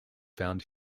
found